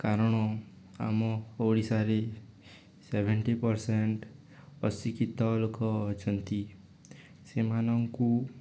କାରଣ ଆମ ଓଡ଼ିଶାରେ ସେଭେଣ୍ଟି ପରସେଣ୍ଟ ଅଶିକ୍ଷିତ ଲୋକ ଅଛନ୍ତି ସେମାନଙ୍କୁ